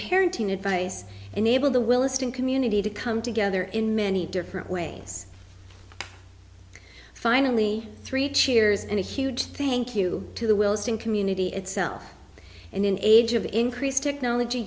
parenting advice enable the williston community to come together in many different ways finally three cheers and a huge thank you to the wilston community itself and an age of increased technology